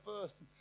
first